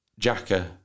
Jacker